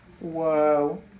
Whoa